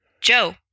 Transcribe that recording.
Joe